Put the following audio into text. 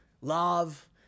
love